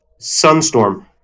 sunstorm